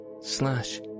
slash